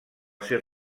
ser